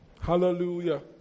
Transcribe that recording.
Hallelujah